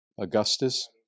Augustus